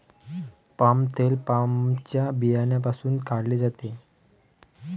palm तेल पामच्या बियांपासून काढले जाते